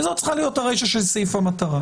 וזאת צריכה להיות הרישה של סעיף המטרה.